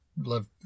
love